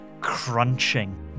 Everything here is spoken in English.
crunching